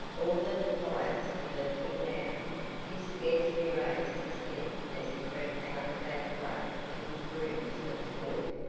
all the defiance had left him now he scarcely raised his head as he crept out the back way to his rooms next door.